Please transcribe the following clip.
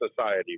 Society